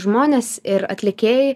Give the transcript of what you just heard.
žmonės ir atlikėjai